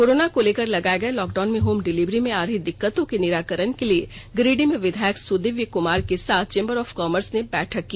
corona को लेकर लगाए गए लॉकडाउन में होम डिलीवरी में आ रही दिक्कतों के निराकरण के लिए गिरिडीह में विधायक सुदीव्य कुमार के साथ चैम्बर ऑफ कामर्स ने बैठक की